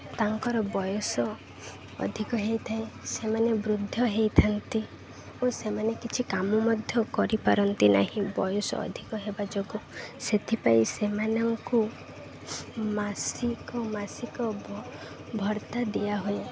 ତାଙ୍କର ବୟସ ଅଧିକ ହୋଇଥାଏ ସେମାନେ ବୃଦ୍ଧ ହୋଇଥାନ୍ତି ଓ ସେମାନେ କିଛି କାମ ମଧ୍ୟ କରିପାରନ୍ତି ନାହିଁ ବୟସ ଅଧିକ ହେବା ଯୋଗୁଁ ସେଥିପାଇଁ ସେମାନଙ୍କୁ ମାସିକ ମାସିକ ଭତ୍ତା ଦିଆହୁୁଏ